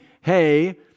Hey